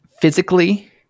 Physically